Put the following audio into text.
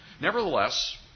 Nevertheless